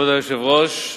כבוד היושב-ראש,